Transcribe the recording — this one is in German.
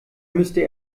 müsste